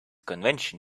convention